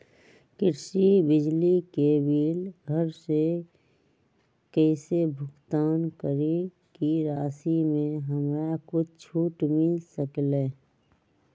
कृषि बिजली के बिल घर से कईसे भुगतान करी की राशि मे हमरा कुछ छूट मिल सकेले?